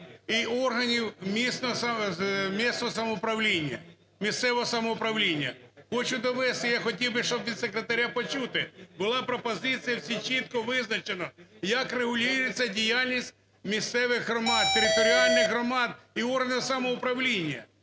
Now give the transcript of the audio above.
і "органів місцевого самоуправління". Хочу довести, я хотів би, щоб від секретаря почути… Була пропозиція, все чітко визначено, як регулюється діяльність місцевих громад, територіальних громад і органів самоуправління.